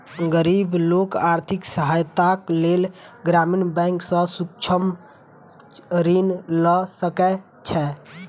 गरीब लोक आर्थिक सहायताक लेल ग्रामीण बैंक सॅ सूक्ष्म ऋण लय सकै छै